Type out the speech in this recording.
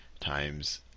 times